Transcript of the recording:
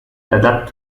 adapt